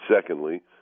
Secondly